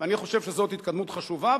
ואני חושב שזאת התקדמות חשובה,